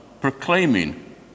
proclaiming